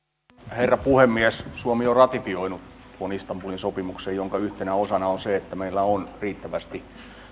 herra puhemies suomi on ratifioinut tuon istanbulin sopimuksen jonka yhtenä osana on se että meillä on riittävästi